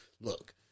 look